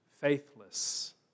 faithless